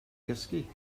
gysgu